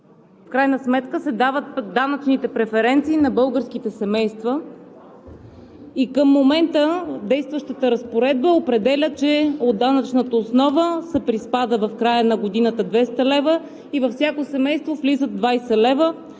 в крайна сметка се дават пък данъчните преференции на българските семейства. Към момента действащата разпоредба определя, че от данъчната основа се приспада в края на годината 200 лв. и във всяко семейство влизат 20 лв.,